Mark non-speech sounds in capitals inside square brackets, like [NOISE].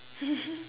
[LAUGHS]